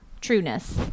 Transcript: trueness